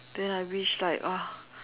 then I wish like !wah!